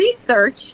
research